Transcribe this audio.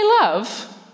love